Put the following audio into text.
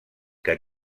que